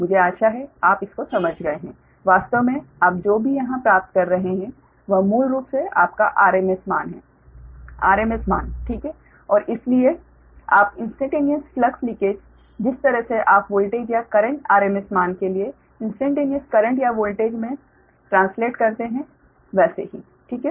मुझे आशा है कि आप इसको समझ गए हैं वास्तव में आप जो भी यहां प्राप्त कर रहे हैं वह मूल रूप से आपका RMS मान है RMS मान ठीक है और फिर इसलिए आप इन्स्टेंटेनियस फ्लक्स लिंकेज जिस तरह से आप वोल्टेज या करेंट RMS मान के लिए इन्स्टेंटेनियस करेंट या वोल्टेज में अनुवाद करते हैं वैसे ही ठीक है